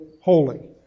holy